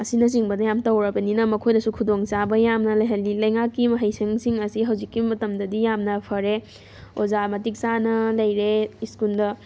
ꯑꯁꯤꯅꯆꯤꯡꯕꯗ ꯌꯥꯝ ꯇꯧꯔꯕꯅꯤꯅ ꯃꯈꯣꯏꯅꯁꯨ ꯈꯨꯗꯣꯡ ꯆꯥꯕ ꯌꯥꯝꯅ ꯂꯩꯍꯜꯂꯤ ꯂꯩꯉꯥꯛꯀꯤ ꯃꯍꯩꯁꯪꯁꯤꯡ ꯑꯁꯤ ꯍꯧꯖꯤꯛꯀꯤ ꯃꯇꯝꯗꯗꯤ ꯌꯥꯝꯅ ꯐꯔꯦ ꯑꯣꯖꯥ ꯃꯇꯤꯛ ꯆꯥꯅ ꯂꯩꯔꯦ ꯁ꯭ꯀꯨꯜꯗ